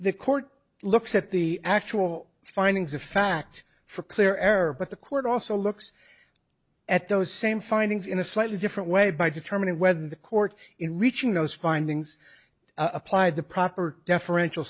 the court looks at the actual findings of fact for clear error but the court also looks at those same findings in a slightly different way by determining whether the court in reaching those findings applied the proper deferential